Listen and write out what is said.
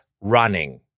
running